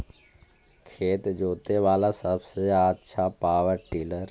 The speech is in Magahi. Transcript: खेत जोते बाला सबसे आछा पॉवर टिलर?